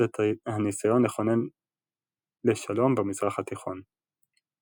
את הניסיון לכונן לשלום במזרח התיכון.